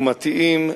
אומתיים,